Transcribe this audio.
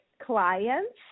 clients